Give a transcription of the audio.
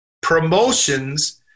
promotions